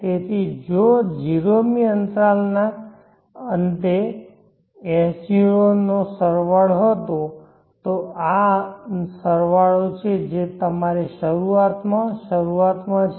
તેથી જો 0 મી અંતરાલના અંતે S0 નો સરવાળો હતો તો આ સરવાળો છે જે તમારી શરૂઆતમાં શરૂઆતમાં છે